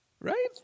Right